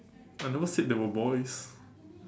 I never said they were boys